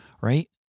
right